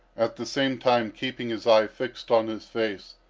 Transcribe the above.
at the same time keeping his eye fixed on his face,